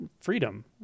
Freedom